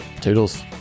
toodles